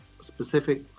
specific